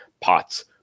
pots